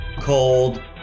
cold